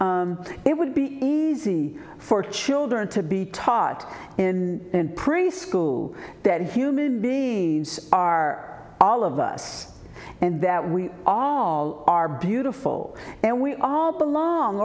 it would be easy for children to be taught in preschool that human beings are all of us and that we all are beautiful and we all belong